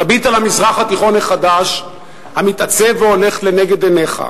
תביט על המזרח התיכון החדש המתעצב והולך לנגד עיניך.